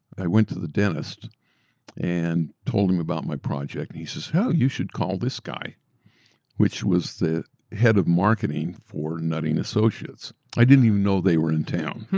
i went to the dentist and told him about my project, he says, ahow you should call this guy which was the head of marketing for nutting associatesa i didn't even know they were in town.